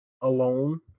alone